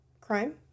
crime